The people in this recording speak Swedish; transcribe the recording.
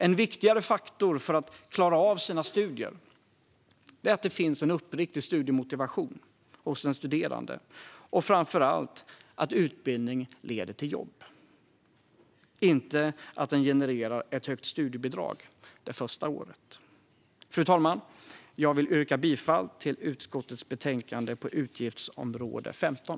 En viktigare faktor för att klara av sina studier är att det finns en uppriktig studiemotivation hos den studerande, och framför allt att utbildningen leder till jobb - inte att den genererar ett högt studiebidrag det första året. Fru talman! Jag yrkar bifall till utskottets förslag i betänkandet för utgiftsområde 15.